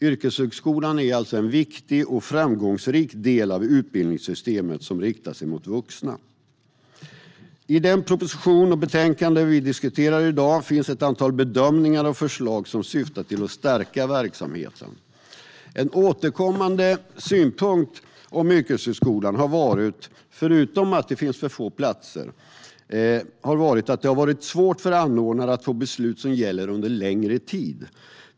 Yrkeshögskolan är alltså en viktig och framgångsrik del av utbildningssystemet som riktar sig mot vuxna. I den proposition och det betänkande vi diskuterar i dag finns ett antal bedömningar och förslag som syftar till att stärka verksamheten. En återkommande synpunkt om yrkeshögskolan har varit, förutom att det finns för få platser, att det har varit svårt för anordnare att få beslut som gäller under längre tid.